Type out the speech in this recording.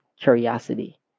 curiosity